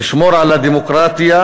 לשמור על הדמוקרטיה.